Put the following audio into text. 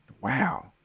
wow